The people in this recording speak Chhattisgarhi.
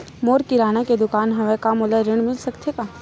मोर किराना के दुकान हवय का मोला ऋण मिल सकथे का?